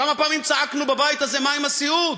כמה פעמים צעקנו בבית הזה: מה עם הסיעוד?